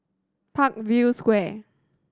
Parkview Square